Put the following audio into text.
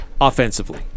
offensively